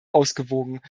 ausgewogen